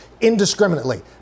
indiscriminately